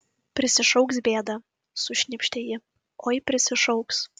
prisišauks bėdą sušnypštė ji oi prisišauks